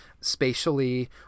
spatially